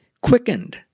quickened